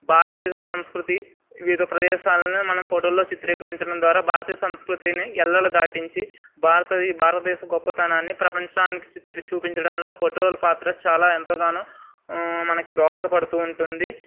భారతదేశ సంస్కృతి వివిధ ప్రదేశాలను మనం ఫోటోలలో చిత్రీకరించడం ద్వారా భారతీయ సంస్కృతిని ఎల్లలు దాటించి భారత భారతదేశ గొప్పతనాన్ని ప్రపంచానికి చిత్ర చూపించడంలో ఫోటోలు పాత్ర చాలా ఎంతగానో మనకు దోహదపడుతు ఉంటుంది